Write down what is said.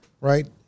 Right